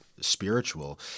spiritual